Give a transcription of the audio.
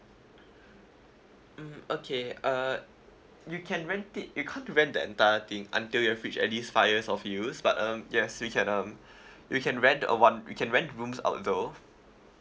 mm okay uh you can rent it you can't rent the entire thing until you have fix at this files of use but um yes you can um you can rent uh one you can rent rooms out though